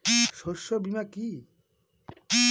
শস্য বীমা কি?